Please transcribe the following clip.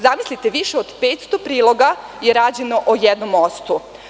Zamislite, više od petsto priloga je rađeno o jednom mostu.